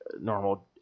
normal